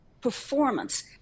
performance